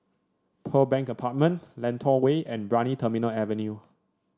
Pearl Bank Apartment Lentor Way and Brani Terminal Avenue